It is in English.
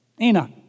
Enoch